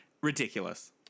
Ridiculous